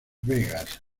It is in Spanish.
vegas